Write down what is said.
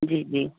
जी जी